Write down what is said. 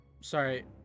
sorry